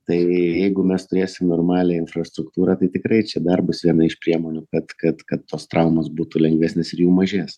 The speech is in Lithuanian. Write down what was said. tai jeigu mes turėsim normalią infrastruktūrą tai tikrai čia dar bus viena iš priemonių kad kad kad tos traumos būtų lengvesnės ir jų mažės